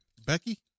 Becky